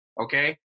okay